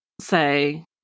say